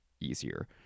easier